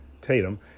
Tatum